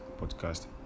podcast